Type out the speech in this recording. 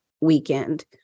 weekend